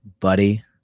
buddy